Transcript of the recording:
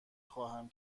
خواهم